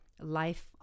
life